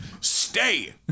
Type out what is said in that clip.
Stay